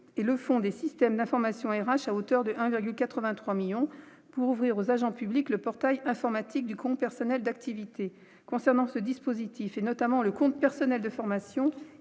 et le fonds des systèmes d'information RH à hauteur de 1,83 millions pour ouvrir aux agents publics, le portail informatique du compte personnel d'activité concernant ce dispositif et notamment le compte personnel de formation